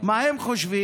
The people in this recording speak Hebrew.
מה הם חושבים,